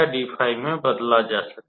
drd𝜃d𝜑 में बदला जा सकता है